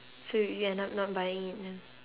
so you you end up not buying it lah